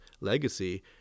legacy